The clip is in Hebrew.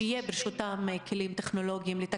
ברשותם כלים טכנולוגיים שבעזרתם הם יוכלו